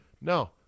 No